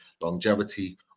longevity